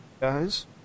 guys